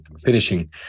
finishing